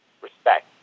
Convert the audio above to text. respect